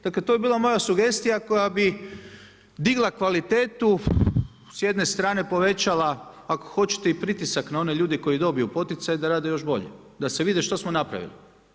Dakle, to je bila moja sugestija koja bi digla kvalitetu, s jedne strane povećala ako hoćete i pritisak na one ljude koji dobiju poticaj da rade još bolje da se vidi što smo napravili.